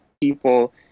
people